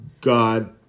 God